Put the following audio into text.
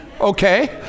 Okay